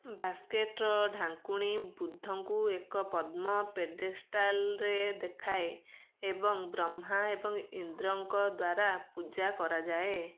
ବାସ୍କେଟର ଢାଙ୍କୁଣୀ ବୁଦ୍ଧଙ୍କୁ ଏକ ପଦ୍ମ ପେଡ଼େଷ୍ଟାଲରେ ଦେଖାଏ ଏବଂ ବ୍ରହ୍ମା ଏବଂ ଇନ୍ଦ୍ରଙ୍କ ଦ୍ୱାରା ପୂଜା କରାଯାଏ